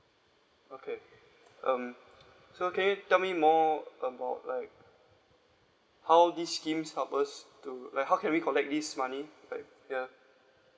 okay um so can you tell me more about like how this schemes help us to like how can we collect this money right ya